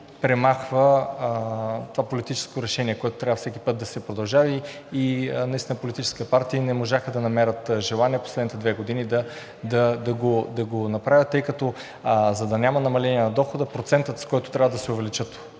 премахва политическото решение, с което всеки път трябва да се продължава. Наистина политическите партии не можаха да намерят желание в последните две години да го направят, тъй като, за да няма намаление на дохода, процентът, с който трябва да се увеличат